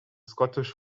scottish